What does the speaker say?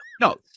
no